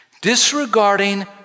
disregarding